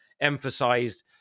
emphasized